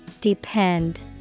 Depend